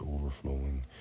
overflowing